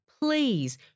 Please